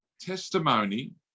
testimony